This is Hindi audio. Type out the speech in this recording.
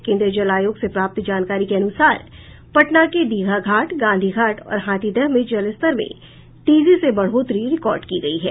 केन्द्रीय जल आयोग से प्राप्त जानकारी के अनुसार पटना के दीघा घाट गांधी घाट और हाथीदह में जलस्तर में तेजी से बढ़ोतरी रिकॉर्ड की गयी है